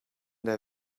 der